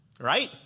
right